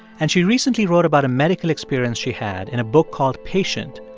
and she recently wrote about a medical experience she had in a book called patient.